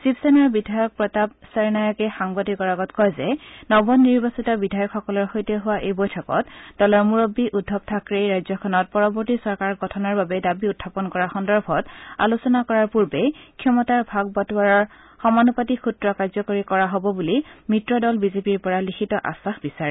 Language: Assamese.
শিৱসেনাৰ বিধায়ক প্ৰতাপ ছৰনায়কে সাংবাদিকৰ আগত কয় যে নৱনিৰ্বাচিত বিধায়কসকলৰ সৈতে হোৱা এই বৈঠকত দলৰ মূৰববী উদ্ধৱ থাকৰেই ৰাজ্যখনত পৰৱৰ্তী চৰকাৰ গঠনৰ বাবে দাবী উখাপন কৰা সন্দৰ্ভত আলোচনা কৰাৰ পূৰ্বে ক্ষমতাৰ ভাগ বাটোৱাৰাৰ সমানুপাতিক সূত্ৰ কাৰ্যকৰী কৰা হ'ব বুলি মিত্ৰ দল বিজেপিৰ পৰা লিখিত আশ্বাস বিচাৰে